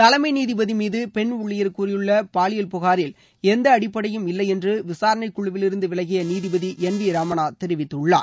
தலைமை நீதிபதி மீது பெண் ஊழியர் கூறியுள்ள பாலியல் புகாரில் எந்த அடிப்படையும் இல்லையென்று விசாரணைக்குழுவிலிருந்து விலகிய நீதிபதி என் வி ரமணா தெிவித்துள்ளார்